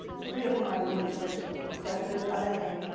three of whom i knew personally. so that's the other thing.